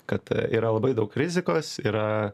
kad yra labai daug rizikos yra